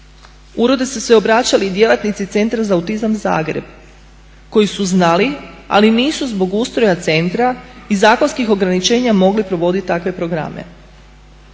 Uredu su se obraćali i djelatnici Centra za autizam Zagreb koji su znali, ali nisu zbog ustroja centra i zakonskih ograničenja mogli provoditi takve programe.